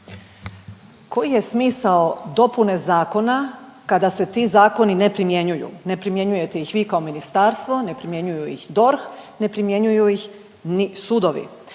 Koji je smisao dopune zakona kada se ti zakoni ne primjenjuju, ne primjenjujete ih vi kao ministarstvo, ne primjenjuju ih DORH, ne primjenjuju ih ni sudovi.